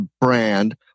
brand